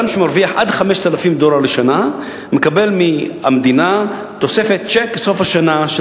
אדם שמרוויח עד 5,000 דולר לשנה מקבל מהמדינה בסוף השנה תוספת,